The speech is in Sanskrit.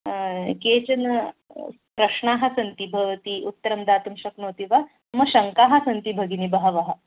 केचन प्रश्नाः सन्ति भवती उत्तरं दातुं शक्नोति वा मम शङ्काः सन्ति भगिनि बहवः